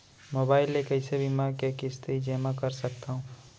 Mobile ले कइसे बीमा के किस्ती जेमा कर सकथव?